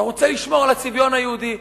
אתה רוצה לשמור על הצביון היהודי.